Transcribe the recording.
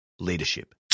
leadership